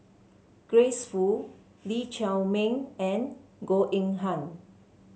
Grace Fu Lee Chiaw Meng and Goh Eng Han